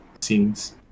scenes